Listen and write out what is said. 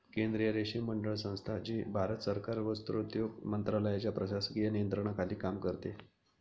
केंद्रीय रेशीम मंडळ संस्था, जी भारत सरकार वस्त्रोद्योग मंत्रालयाच्या प्रशासकीय नियंत्रणाखाली काम करते